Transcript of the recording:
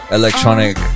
electronic